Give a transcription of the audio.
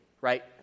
right